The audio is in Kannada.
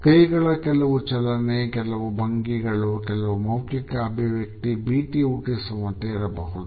ಕೈಗಳ ಕೆಲವು ಚಲನೆ ಕೆಲವು ಭಂಗಿಗಳು ಕೆಲವು ಮೌಖಿಕ ಅಭಿವ್ಯಕ್ತಿ ಭೀತಿ ಹುಟ್ಟಿಸುವಂತೆ ಇರಬಹುದು